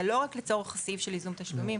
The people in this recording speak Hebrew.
זה לא רק לצורך הסעיף של ייזום תשלומים,